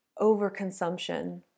overconsumption